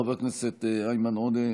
חבר הכנסת איימן עודה,